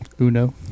uno